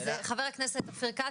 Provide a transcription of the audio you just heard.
אז חבר הכנסת אופיר כץ,